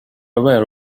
aware